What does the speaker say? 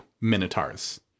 minotaurs